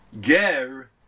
ger